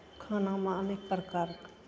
खानामे अनेक प्रकारके